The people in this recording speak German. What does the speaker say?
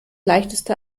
leichteste